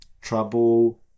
trouble